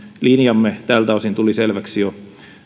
linjamme tältä osin tuli selväksi jo